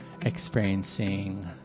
experiencing